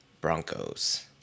Broncos